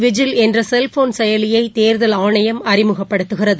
vigil என்றசெல்போன் செயலியைதோதல் ஆணையம் அறிமுகப்படுத்துகிறது